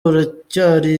uracyari